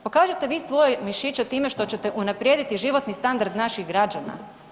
Pokažite vi svoje mišiće time što ćete unaprijediti životni standard naših građana.